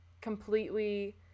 completely